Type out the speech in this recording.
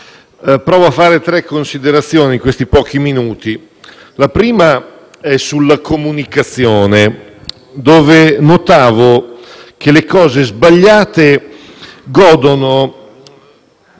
provo a fare tre considerazioni in questi pochi minuti. La prima è sulla comunicazione. Notavo, infatti, che le cose sbagliate godono